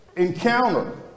encounter